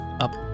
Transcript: up